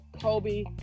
Kobe